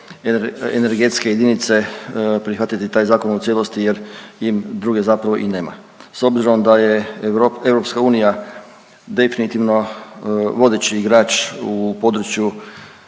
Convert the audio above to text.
energetske jedinice prihvatiti taj zakon u cijelosti jer im druge zapravo i nema. S obzirom da je EU definitivno vodeći igrač u području